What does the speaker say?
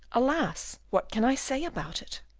alas! what can i say about it?